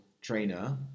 trainer